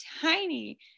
tiny